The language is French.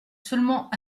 seulement